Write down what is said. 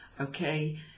okay